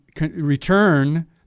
Return